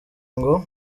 ngo